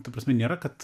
ta prasme nėra kad